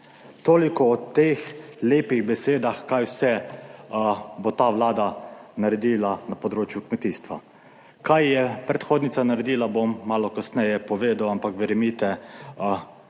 Toliko o teh lepih besedah, kaj vse bo ta Vlada naredila na področju kmetijstva. Kaj je predhodnica naredila, bom malo kasneje povedal, ampak verjemite,